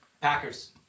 Packers